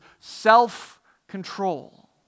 self-control